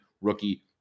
rookie